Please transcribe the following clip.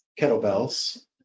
kettlebells